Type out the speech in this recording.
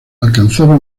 alcanzaba